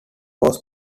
was